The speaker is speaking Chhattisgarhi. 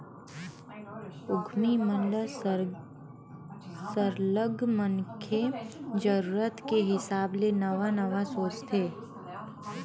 उद्यमी मन सरलग मनखे के जरूरत के हिसाब ले नवा नवा सोचथे